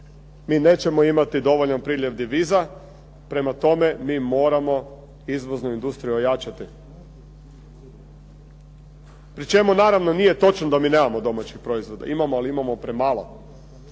Mi nećemo imati dovoljan priljev deviza, prema tome, mi moramo izvoznu industriju ojačati. Pri čemu naravno nije točno da mi nemao domaćeg proizvoda. Imamo ali imamo premalo.